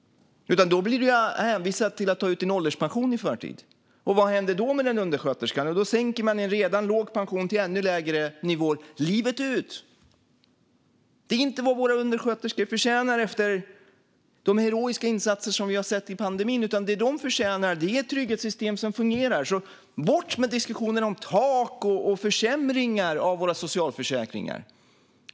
Då blir du hänvisad till att ta ut din ålderspension i förtid. Vad händer då med den undersköterskan? Jo, då sänker man en redan låg pension till ännu lägre nivåer, som kommer att gälla livet ut. Det är inte vad våra undersköterskor förtjänar efter de heroiska insatser som vi har sett under pandemin. Det de förtjänar är i stället trygghetssystem som fungerar. Bort med diskussionerna om tak och försämringar av våra socialförsäkringar!